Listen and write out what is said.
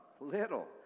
little